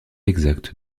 exactes